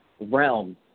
realm